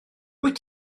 wyt